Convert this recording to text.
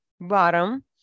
bottom